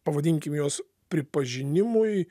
pavadinkim juos pripažinimui